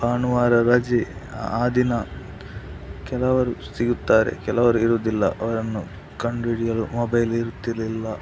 ಭಾನುವಾರ ರಜೆ ಆ ದಿನ ಕೆಲವರು ಸಿಗುತ್ತಾರೆ ಕೆಲವರು ಇರುವುದಿಲ್ಲ ಅವರನ್ನು ಕಂಡು ಹಿಡಿಯಲು ಮೊಬೈಲ್ ಇರುತ್ತಿರಲಿಲ್ಲ